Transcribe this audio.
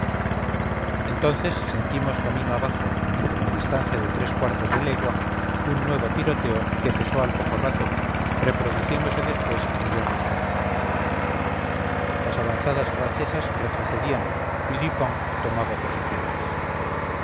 entonces sentimos camino abajo y como a distancia de tres cuartos de legua un nuevo tiroteo que cesó al poco rato reproduciéndose después a mayor distancia las avanzadas francesas retrocedían y dupont tomaba posiciones